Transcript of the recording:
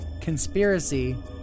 conspiracy